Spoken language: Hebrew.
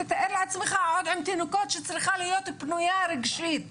תתאר לעצמך עוד עם תינוקות שצריכה להיות פנויה רגשית